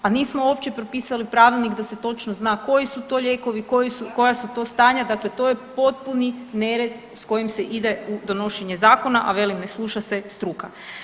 A nismo uopće propisali pravilnik da se točno zna koji su to lijekovi, koja su to stanja dakle to je potpuni nered s kojim se ide u donošenje zakona, a velim ne sluša se struka.